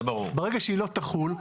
ברגע שהיא לא תחול,